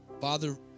Father